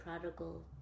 prodigal